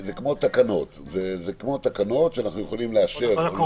זה כמו תקנות, שאנחנו יכולים לאשר או לא לאשר.